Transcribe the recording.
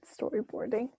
storyboarding